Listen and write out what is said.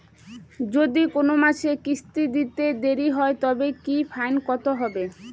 যদি কোন মাসে কিস্তি দিতে দেরি হয় তবে কি ফাইন কতহবে?